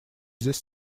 this